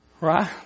Right